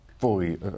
fully